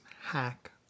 hack